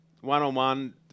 One-on-one